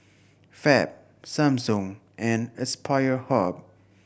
Fab Samsung and Aspire Hub